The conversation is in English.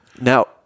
Now